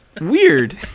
weird